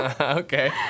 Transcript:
Okay